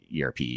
ERP